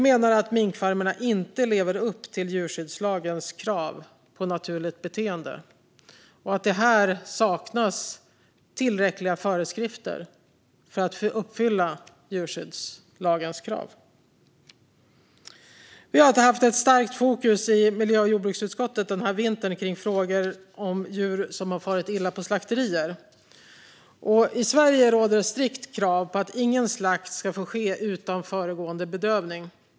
Minkfarmerna lever inte upp till djurskyddslagens krav på naturligt beteende, och det saknas tillräckliga föreskrifter för att uppfylla djurskyddslagens krav. Vi har i miljö och jordbruksutskottet den här vintern haft ett starkt fokus kring frågor om djur som far illa på slakterier. I Sverige råder strikt krav på att ingen slakt ska få ske utan föregående bedövning.